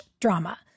drama